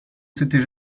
s’étaient